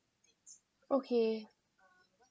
okay